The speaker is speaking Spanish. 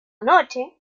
noche